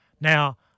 Now